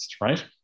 right